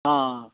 অঁ